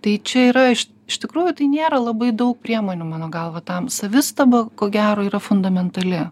tai čia yra iš iš tikrųjų tai nėra labai daug priemonių mano galva tam savistaba ko gero yra fundamentali